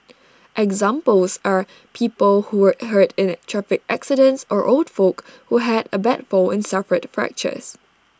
examples are people who were hurt in traffic accidents or old folk who had A bad fall and suffered fractures